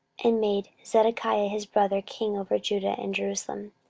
and made zedekiah his brother king over judah and jerusalem.